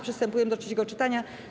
Przystępujemy do trzeciego czytania.